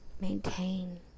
maintain